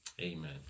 Amen